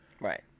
Right